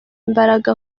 imbaraga